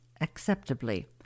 acceptably